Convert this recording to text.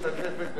רק היא משתתפת,